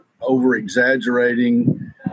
over-exaggerating